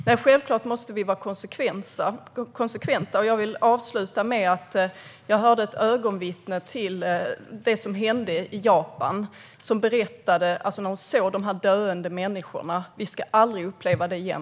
Nej, självklart måste vi vara konsekventa. Jag har hört ett ögonvittne till det som hände i Japan berätta om när hon såg de här döende människorna. Vi ska aldrig uppleva det igen.